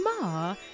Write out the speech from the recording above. Ma